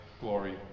glory